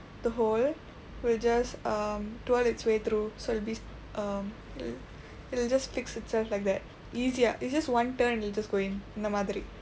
the hole will just um twirl its way through so it'll be um it'll it'll just fix itself like that easy ah it's just one turn it'll just go in அந்த மாதிரி:andtha maathiri